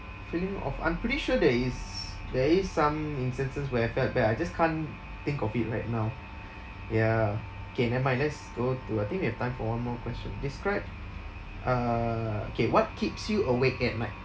feeling of I'm pretty sure there is there is some instances where I felt bad I just can't think of it right now ya K never mind let's go to I think we have time for one more question describe uh K what keeps you awake at night